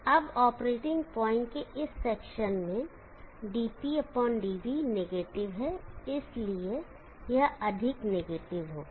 अब operating point के इस सेक्शन में dpdv नेगेटिव है इसलिए यह अधिक नेगेटिव होगा